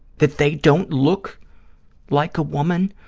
that they don't look like a woman?